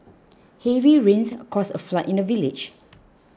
heavy rains caused a flood in the village